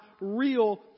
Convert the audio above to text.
real